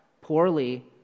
poorly